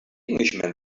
englishman